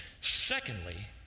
Secondly